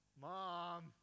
Mom